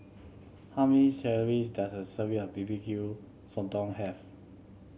how many calories does a serving of B B Q Sotong have